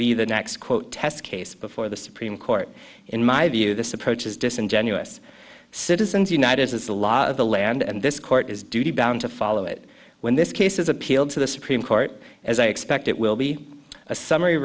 be the next quote test case before the supreme court in my view this approach is disingenuous citizens united as the law of the land and this court is duty bound to follow it when this case is appealed to the supreme court as i expect it will be a summary